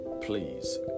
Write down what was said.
please